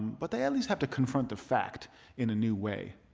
but they at least have to confront the fact in a new way.